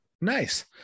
Nice